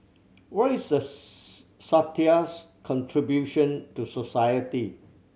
what is a satire's contribution to society